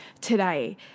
today